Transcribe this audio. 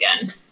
again